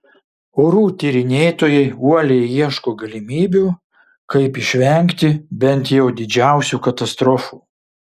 orų tyrinėtojai uoliai ieško galimybių kaip išvengti bent jau didžiausių katastrofų